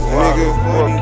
nigga